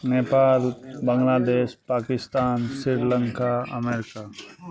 Nepal Bangladesh Pakistan Sri Lanka America